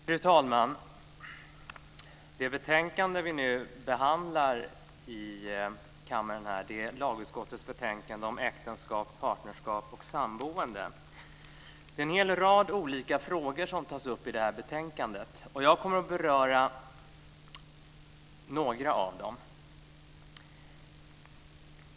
Fru talman! Det betänkande som vi nu behandlar i kammaren är lagutskottets betänkande om äktenskap, partnerskap och samboende. Det är en hel rad olika frågor som tas upp i detta betänkande. Jag kommer att beröra några av dem.